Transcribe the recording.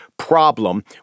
problem